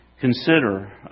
consider